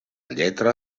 lletra